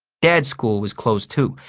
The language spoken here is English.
dad's school was closed, too,